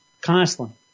Constantly